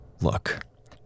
Look